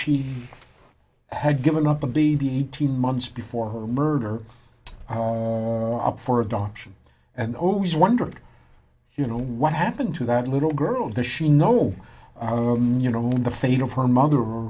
she had given up a baby eighteen months before who murder on up for adoption and always wondered you know what happened to that little girl does she know you know the feeling of her mother